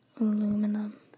aluminum